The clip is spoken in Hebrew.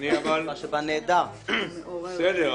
נותן